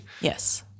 Yes